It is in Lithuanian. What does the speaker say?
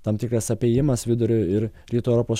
tam tikras apėjimas vidurio ir rytų europos